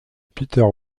peter